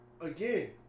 again